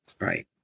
right